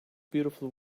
beautiful